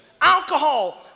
alcohol